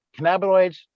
cannabinoids